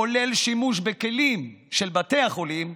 כולל שימוש בכלים של בתי החולים,